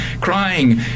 crying